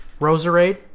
Roserade